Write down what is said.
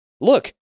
look